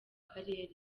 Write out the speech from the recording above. karere